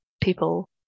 people